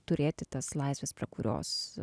turėti tas laisves prie kurios